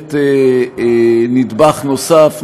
בהחלט נדבך נוסף.